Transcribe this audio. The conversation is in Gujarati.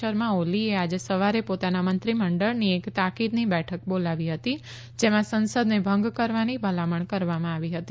શર્મા ઓલીએ આજે સવારે પોતાના મંત્રી મંડળની એક તાકીદની બેઠક બોલાવી હતી જેમાં સંસદને ભંગ કરવાની ભલામણ કરવામાં આવી હતી